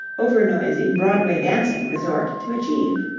overnoisy broadway dancing-resort to achieve.